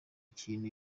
ikintu